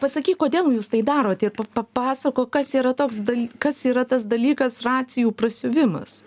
pasakyk kodėl jūs tai darot ir pa pa papasakok kas yra toks dal kas yra tas dalykas racijų prasiuvimas